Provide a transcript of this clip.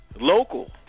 local